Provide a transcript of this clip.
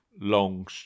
long